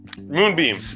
Moonbeam